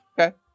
Okay